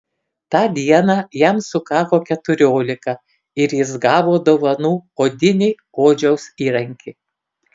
tą dieną jam sukako keturiolika ir jis gavo dovanų odinį odžiaus įrankį